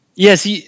Yes